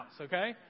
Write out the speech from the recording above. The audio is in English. okay